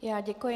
Já děkuji.